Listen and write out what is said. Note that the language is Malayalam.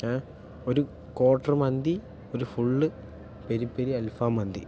ഏഹ് ഒരു ക്വാട്ടർ മന്തി ഒരു ഫുള്ള് പെരി പെരി അൽഫം മന്തി